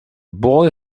boy